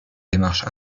démarche